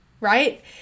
right